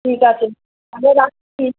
ঠিক আছে তাহলে রাখছি